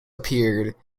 appeared